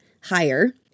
higher